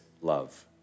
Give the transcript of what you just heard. love